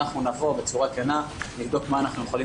אנחנו נבדוק בצורה כנה מה אנחנו יכולים